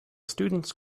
students